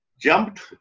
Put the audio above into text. jumped